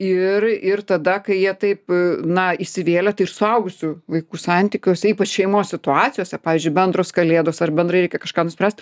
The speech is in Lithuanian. ir ir tada kai jie taip na įsivėlė tai ir suaugusių vaikų santykiuose ypač šeimos situacijose pavyzdžiui bendros kalėdos ar bendrai reikia kažkam suprasti